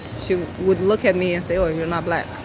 she would look at me and say, oh, you're not black.